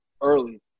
early